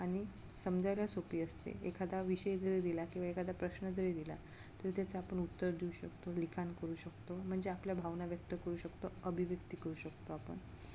आणि समजायला सोपी असते एखादा विषय जरी दिला किंवा एखादा प्रश्न जरी दिला तरी त्याचा आपण उत्तर देऊ शकतो लिखाण करू शकतो म्हणजे आपल्या भावना व्यक्त करू शकतो अभिव्यक्ती करू शकतो आपण